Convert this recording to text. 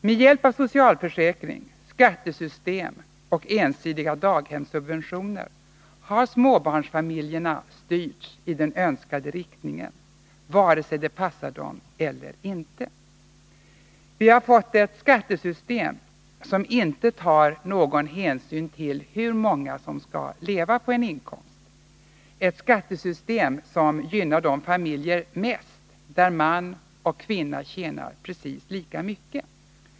Med hjälp av socialförsäkring, skattesystem och ensidiga daghemssubven tioner har småbarnsfamiljerna styrts i den önskade riktningen, vare sig det passar dem eller inte. Vi har fått ett skattesystem som inte tar någon hänsyn till hur många som skall leva på en inkomst, ett skattesystem som gynnar de familjer mest där man och kvinna tjänar precis lika mycket.